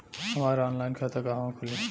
हमार ऑनलाइन खाता कहवा खुली?